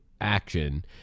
action